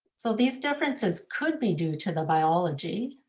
so these differences could be due to the biology.